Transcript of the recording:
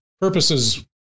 Purposes